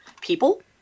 people